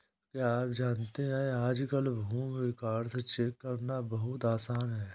क्या आप जानते है आज कल भूमि रिकार्ड्स चेक करना बहुत आसान है?